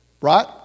Right